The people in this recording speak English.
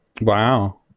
Wow